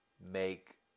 make